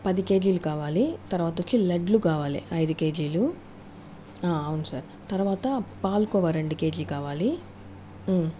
పది కేజీలు కావాలి తర్వాత వచ్చి లడ్లు కావాలి ఐదు కేజీలు అవును సార్ తర్వాత పాలకోవా రెండు కేజీలు కావాలి